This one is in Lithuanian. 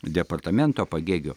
departamento pagėgių